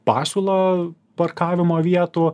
pasiūlą parkavimo vietų